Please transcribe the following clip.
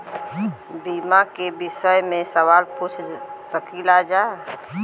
बीमा के विषय मे सवाल पूछ सकीलाजा?